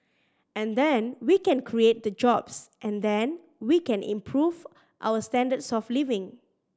and then we can create the jobs and then we can improve our standards of living